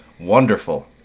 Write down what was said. wonderful